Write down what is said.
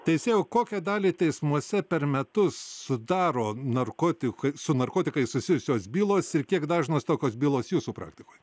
teisėjau kokią dalį teismuose per metus sudaro narkotikai su narkotikais susijusios bylos ir kiek dažnos tokios bylos jūsų praktikoj